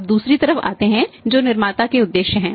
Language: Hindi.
अब दूसरी तरफ आते हैं जो निर्माता के उद्देश्य हैं